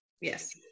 Yes